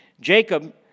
Jacob